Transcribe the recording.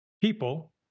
people